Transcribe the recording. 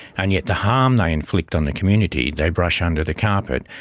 and yet the harm they inflict on the community they brush under the carpet.